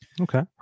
Okay